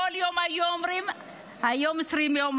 כל יום היו אומרים: היום 20 יום,